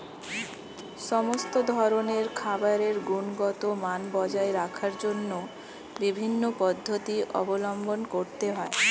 সমস্ত ধরনের খাবারের গুণগত মান বজায় রাখার জন্য বিভিন্ন পদ্ধতি অবলম্বন করতে হয়